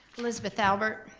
elizabeth albert,